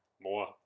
More